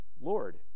lord